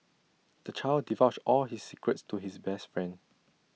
the child divulged all his secrets to his best friend